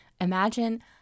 imagine